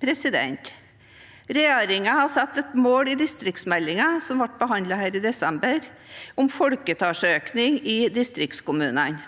Regjeringen har satt et mål i distriktsmeldingen, som ble behandlet her i desember, om folketallsøkning i distriktskommunene.